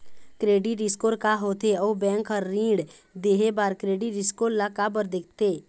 Credit score का होथे अउ बैंक हर ऋण देहे बार क्रेडिट स्कोर ला काबर देखते?